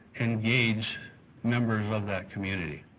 engage members of that community.